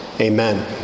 Amen